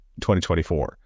2024